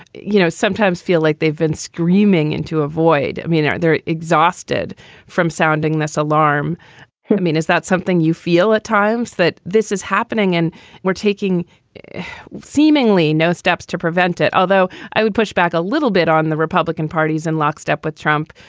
you know, sometimes feel like they've been screaming into a void. i mean, they're they're exhausted from sounding this alarm. i mean, is that something you feel at times that this is happening and we're taking seemingly no steps to prevent it? although i would push back a little bit on the republican party's in lockstep with trump.